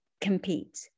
compete